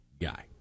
guy